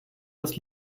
das